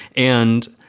and